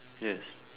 yes